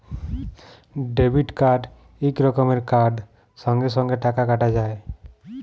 debit card ইক রকমের card সঙ্গে সঙ্গে টাকা কাটা যায়